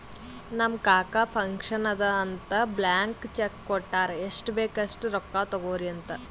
ನಮ್ ಕಾಕಾ ಫಂಕ್ಷನ್ ಅದಾ ಅಂತ್ ಬ್ಲ್ಯಾಂಕ್ ಚೆಕ್ ಕೊಟ್ಟಾರ್ ಎಷ್ಟ್ ಬೇಕ್ ಅಸ್ಟ್ ರೊಕ್ಕಾ ತೊಗೊರಿ ಅಂತ್